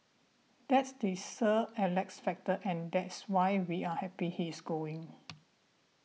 that's the Sir Alex factor and that's why we're happy he's going